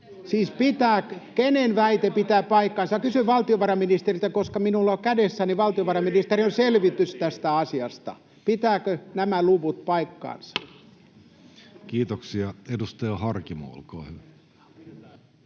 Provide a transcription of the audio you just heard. Siis kenen väite pitää paikkansa? Kysyn valtiovarainministeriltä, koska minulla on kädessäni valtiovarainministeriön selvitys tästä asiasta: pitävätkö nämä luvut paikkansa? Kiitoksia. — Edustaja Harkimo, olkaa hyvä.